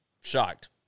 shocked